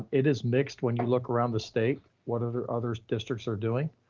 um it is mixed when you look around the state, what are the others districts are doing?